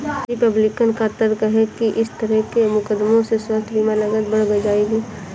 Republican का तर्क है कि इस तरह के मुकदमों से स्वास्थ्य बीमा लागत बढ़ जाएगी